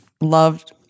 loved